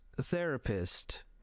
therapist